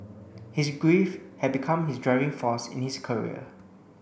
his grief had become his driving force in his career